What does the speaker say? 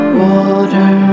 water